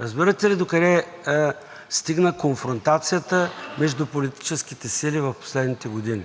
Разбирате ли докъде стигна конфронтацията между политическите сили в последните години?